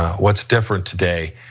what's different today,